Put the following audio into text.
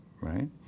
right